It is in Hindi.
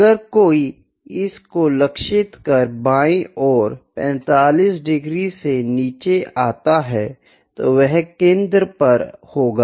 अगर कोई इस को लक्षित कर बाईं ओर 45 डिग्री से नीचे आता है तो वह केंद्र पर होगा